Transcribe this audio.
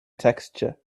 texture